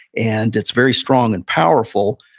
and it's very strong and powerful.